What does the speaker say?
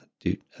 dude